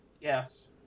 Yes